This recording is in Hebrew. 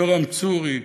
יורם צורי,